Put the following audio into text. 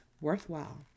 worthwhile